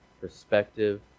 perspective